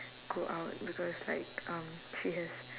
go out because like um she has